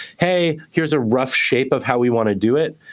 hey, here's a rough shape of how we want to do it.